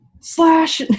slash